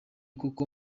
kuko